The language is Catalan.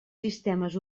sistemes